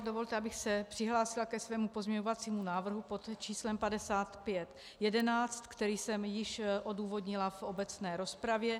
Dovolte, abych se přihlásila ke svému pozměňovacímu návrhu pod číslem 5511, který jsem již odůvodnila v obecné rozpravě.